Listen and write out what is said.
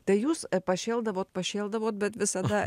tai jūs pašėldavot pašėldavot bet visada